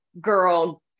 girl